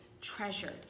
treasured